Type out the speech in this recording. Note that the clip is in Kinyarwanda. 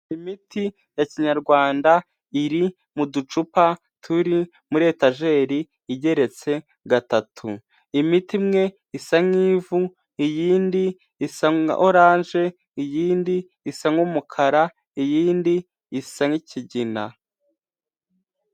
Imiti ya kinyarwanda iri mu ducupa turi muri etajeri igeretse gatatu, imiti imwe isa nk'ivu, iyindi isa nka oranje, iyindi isa nk'umukara, iyindi isa nk'ikigina.